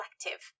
collective